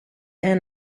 end